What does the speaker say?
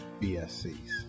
BSCs